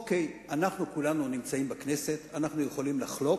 אוקיי, כולנו נמצאים בכנסת ואנחנו יכולים לחלוק.